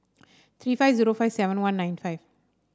three five zero five seven one nine five